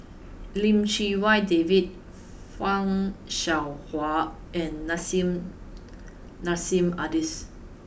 Lim Chee Wai David Fan Shao Hua and Nissim Nassim Adis